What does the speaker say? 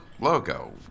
Logo